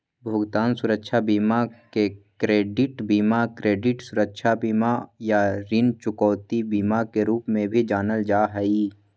भुगतान सुरक्षा बीमा के क्रेडिट बीमा, क्रेडिट सुरक्षा बीमा, या ऋण चुकौती बीमा के रूप में भी जानल जा हई